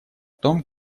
том